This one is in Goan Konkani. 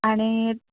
आनी